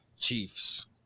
Chiefs